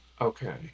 Okay